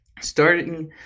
starting